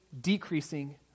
decreasing